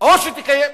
או שתגיד,